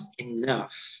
enough